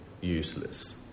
useless